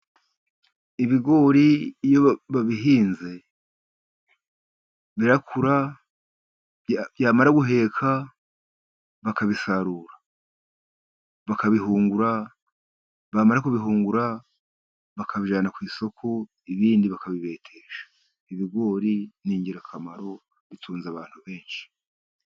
Ibigori iyo babihinze birakura, byamara guheka bakabisarura, bakabihungura bamara kubihungura, bakabijyana ku isoko, ibindi bakabibetesha. Ibigori ni igirakamaro bitunze abantu benshi.